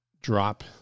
drop